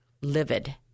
livid